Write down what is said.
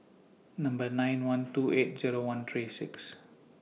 nine one two eight Zero one three six